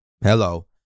Hello